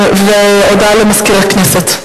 הודעה למזכיר הכנסת.